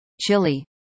Chile